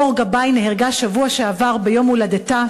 מור גבאי נהרגה בשבוע שעבר ביום הולדתה,